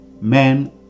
men